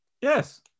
Yes